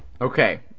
Okay